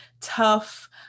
tough